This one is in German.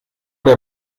der